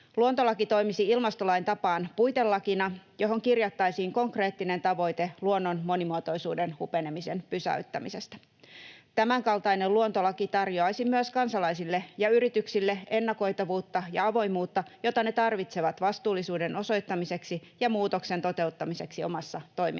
Luontolaki toimisi ilmastolain tapaan puitelakina, johon kirjattaisiin konkreettinen tavoite luonnon monimuotoisuuden hupenemisen pysäyttämisestä. Tämänkaltainen luontolaki tarjoaisi myös kansalaisille ja yrityksille ennakoitavuutta ja avoimuutta, jota ne tarvitsevat vastuullisuuden osoittamiseksi ja muutoksen toteuttamiseksi omassa toiminnassaan.